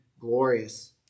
glorious